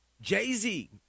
Jay-Z